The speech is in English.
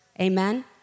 Amen